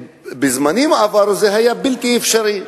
שבזמנים עברו זה היה בלתי אפשרי,